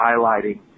highlighting